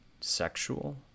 sexual